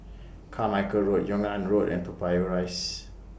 Carmichael Road Yung An Road and Toa Payoh Rise